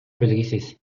белгисиз